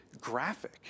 graphic